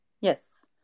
Yes